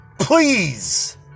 Please